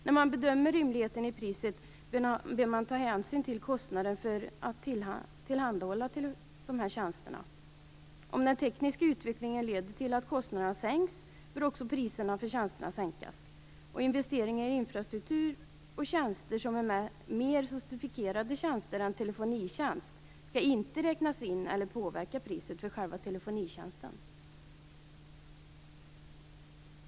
Vid bedömning av prisets rimlighet bör även hänsyn tas till kostnaden för tillhandahållandet av dessa tjänster. Om den tekniska utvecklingen leder till att kostnaderna sänks bör också priserna för tjänsterna sänkas. Investeringar i infrastruktur och tjänster, som är mer sofistikerade tjänster än telefonitjänst, skall inte räknas in i eller påverka priset för själva telefonitjänsten.